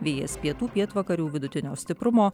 vėjas pietų pietvakarių vidutinio stiprumo